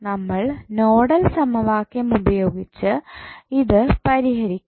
നമ്മൾ നോഡൽ സമവാക്യം ഉപയോഗിച്ച് ഇത് പരിഹരിക്കും